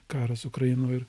karas ukrainoj ir